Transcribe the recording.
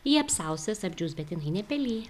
ji apsausės apdžius bet jinai nepelija